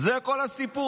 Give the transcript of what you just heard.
זה כל הסיפור,